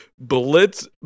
Blitz